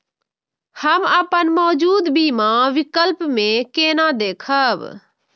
हम अपन मौजूद बीमा विकल्प के केना देखब?